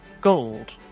gold